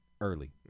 early